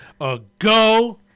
ago